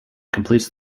completes